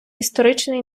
історичної